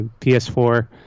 PS4